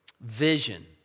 vision